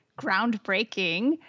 groundbreaking